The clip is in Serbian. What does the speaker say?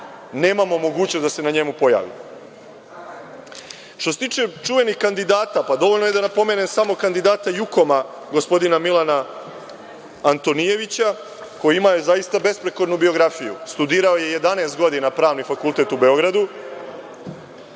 nemamo mogućnost da se na njemu pojavimo. Što se tiče čuvenih kandidata, pa dovoljno je da napomenem samo kandidate „Jukoma“ gospodina Milana Antonijevića, koji zaista ima besprekornu biografiju. Studirao je 11 godina Pravni fakultet u Beogradu,